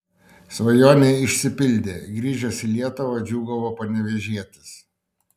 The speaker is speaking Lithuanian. svajonė išsipildė grįžęs į lietuvą džiūgavo panevėžietis